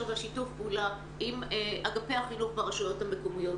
ושיתוף הפעולה עם אגפי החינוך ברשויות המקומיות.